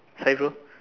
hi bro